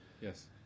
yes